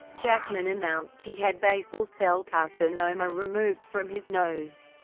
jackman announced he had basal-cell carcinoma removed from his nose.